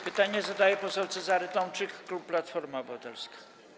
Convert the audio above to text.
Pytanie zadaje poseł Cezary Tomczyk, klub Platforma Obywatelska.